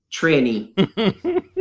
tranny